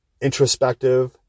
introspective